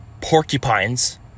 porcupines